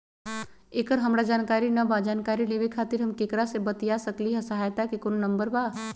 एकर हमरा जानकारी न बा जानकारी लेवे के खातिर हम केकरा से बातिया सकली ह सहायता के कोनो नंबर बा?